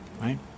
Right